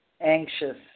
anxious